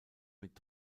mit